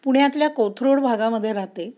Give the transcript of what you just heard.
पुण्यातल्या कोथरूड भागामध्ये राहते